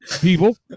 people